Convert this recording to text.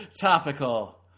topical